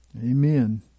Amen